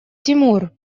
тимур